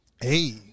Hey